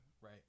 right